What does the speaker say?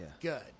good